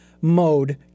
mode